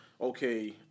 okay